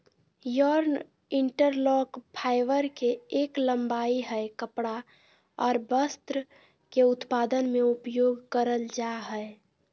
yarn interlock, fibre के एक लंबाई हय कपड़ा आर वस्त्र के उत्पादन में उपयोग करल जा हय